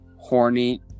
Horny